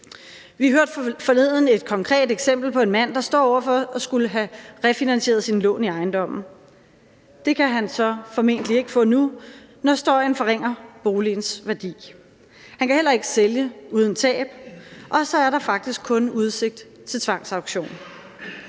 forleden et konkret eksempel på en mand, der står over for at skulle have refinansieret sine lån i ejendommen. Det kan han så formentlig ikke få nu, når støjen forringer boligens værdi. Han kan heller ikke sælge uden tab, og så er der faktisk kun udsigt til tvangsauktion.